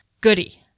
goody